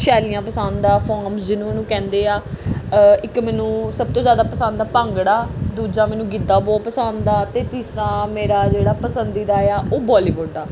ਸ਼ੈਲੀਆਂ ਪਸੰਦ ਆ ਫੋਮ ਜਿਹਨਾਂ ਨੂੰ ਕਹਿੰਦੇ ਹਾਂ ਇੱਕ ਮੈਨੂੰ ਸਭ ਤੋਂ ਜ਼ਿਆਦਾ ਪਸੰਦ ਆ ਭੰਗੜਾ ਦੂਜਾ ਮੈਨੂੰ ਗਿੱਧਾ ਬਹੁਤ ਪਸੰਦ ਆ ਅਤੇ ਤੀਸਰਾ ਮੇਰਾ ਜਿਹੜਾ ਪਸੰਦੀਦਾ ਆ ਉਹ ਬੋਲੀਵੁੱਡ ਆ